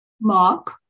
Mark